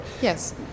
Yes